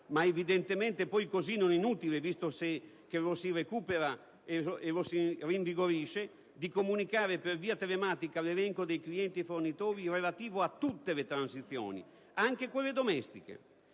ma evidentemente poi non così inutile visto che lo si recupera e rinvigorisce) di comunicare per via telematica l'elenco dei clienti fornitori relativo a tutte le transizioni, anche quelle domestiche.